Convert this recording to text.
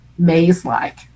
maze-like